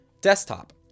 desktop